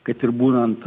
kad ir būnant